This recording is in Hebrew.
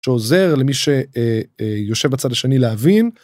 שעוזר למי שיושב בצד השני להבין.